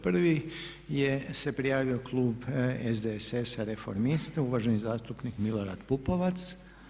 Prvi se prijavio klub SDSS-a Reformista uvaženi zastupnik Milorad Pupovac.